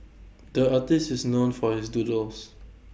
the artist is known for his doodles